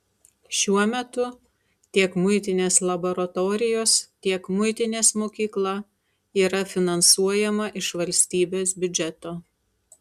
šiuo metu tiek muitinės laboratorijos tiek muitinės mokykla yra finansuojama iš valstybės biudžeto